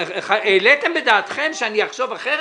העליתם בדעתכם שאני אחשוב אחרת?